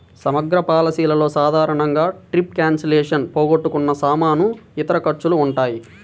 సమగ్ర పాలసీలలో సాధారణంగా ట్రిప్ క్యాన్సిలేషన్, పోగొట్టుకున్న సామాను, ఇతర ఖర్చులు ఉంటాయి